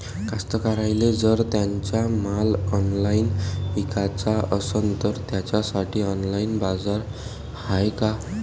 कास्तकाराइले जर त्यांचा माल ऑनलाइन इकाचा असन तर त्यासाठी ऑनलाइन बाजार हाय का?